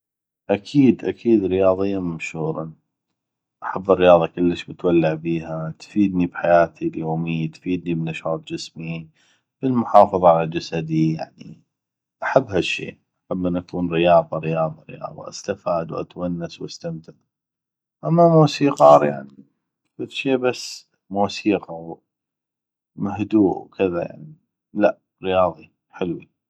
اكيد اكيد رياضي مشهور احب الرياضه كلش متولع بيها تفيدني بحياتي اليومي تفيدني بنشاط جسمي بالمحافظه على جسدي يعني احب هالشي احب انو اكون رياضة رياضه رياضه استفاد واتونس واستمتع اما موسيقار يعني فدشي بس موسيقى وهدوء وكذا يعني لا رياضي حلوي